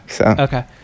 Okay